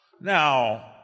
Now